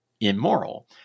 immoral